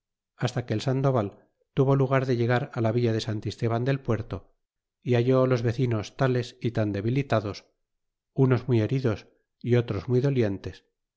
hasta que el sandoval tuvo lugar de llegará la villa de santisteban del puerto y halió los vecinos tales y tan debilitados unos muy heridos y otros muy dolientes